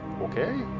okay